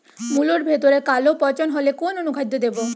মুলোর ভেতরে কালো পচন হলে কোন অনুখাদ্য দেবো?